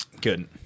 Good